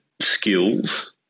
skills